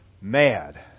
mad